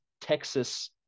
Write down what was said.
Texas